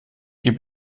geh